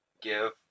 give